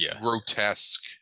grotesque